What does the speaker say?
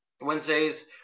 Wednesdays